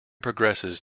progresses